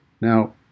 Now